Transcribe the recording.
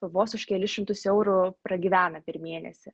vos už kelis šimtus eurų pragyvena per mėnesį